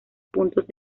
puntos